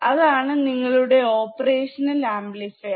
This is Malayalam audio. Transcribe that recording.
അതാണ് നിങ്ങളുടെ ഓപ്പറേഷൻ അൽ ആംപ്ലിഫയർ